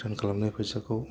return खालामनाय फैसाखौ